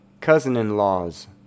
Cousin-in-laws